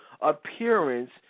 appearance